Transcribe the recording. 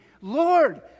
Lord